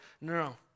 No